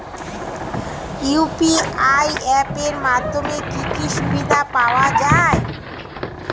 UPI app এর মাধ্যমে কি কি সুবিধা পাওয়া যায়?